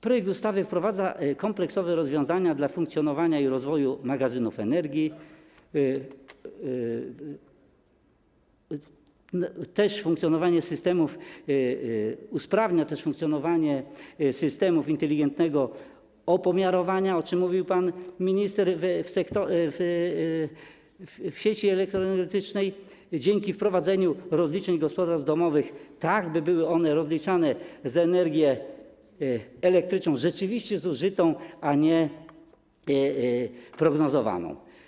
Projekt ustawy wprowadza kompleksowe rozwiązania dla funkcjonowania i rozwoju magazynów energii, usprawnia też funkcjonowanie systemów inteligentnego opomiarowania, o czym mówił pan minister, w sieci elektrycznej dzięki wprowadzeniu rozliczeń gospodarstw domowych tak, by były one rozliczane za energię elektryczną rzeczywiście zużytą, a nie prognozowaną.